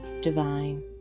divine